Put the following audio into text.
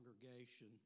congregation